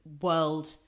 world